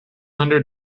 hundred